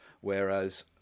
Whereas